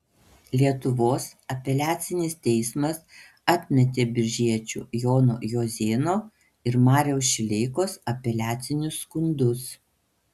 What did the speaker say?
lietuvos apeliacinis teismas atmetė biržiečių jono juozėno ir mariaus šileikos apeliacinius skundus